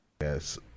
Yes